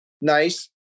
nice